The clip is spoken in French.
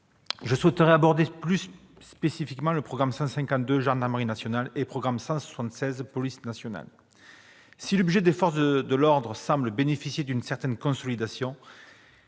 appuyé ? J'aborderai plus spécifiquement le programme 152 « Gendarmerie nationale » et le programme 176 « Police nationale ». Si le budget des forces de l'ordre semble bénéficier d'une certaine consolidation,